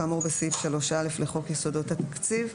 כאמור בסעיף 3א לחוק יסודות התקציב,